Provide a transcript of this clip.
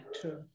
True